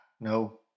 no